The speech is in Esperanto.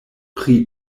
pri